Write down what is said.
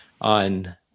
on